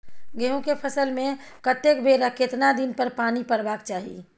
गेहूं के फसल मे कतेक बेर आ केतना दिन पर पानी परबाक चाही?